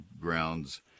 grounds